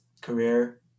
career